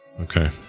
Okay